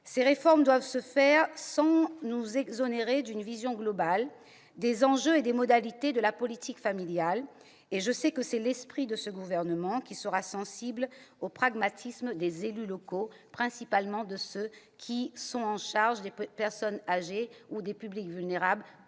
Ces réformes doivent être conduites sans s'exonérer d'une vision globale des enjeux et des modalités de la politique familiale, et je sais que c'est l'esprit de ce gouvernement, qui sera sensible au pragmatisme des élus locaux, principalement de ceux qui sont chargés, dans les départements, des personnes âgées et des publics vulnérables